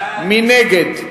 מי נגד?